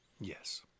Yes